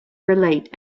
relate